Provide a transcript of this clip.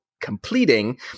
completing